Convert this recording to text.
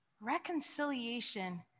reconciliation